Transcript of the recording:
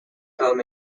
home